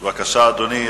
בבקשה, אדוני.